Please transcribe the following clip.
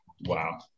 Wow